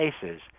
cases